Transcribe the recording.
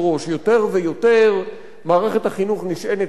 מערכת החינוך נשענת יותר ויותר על מורי קבלן,